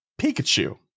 Pikachu